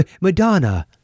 Madonna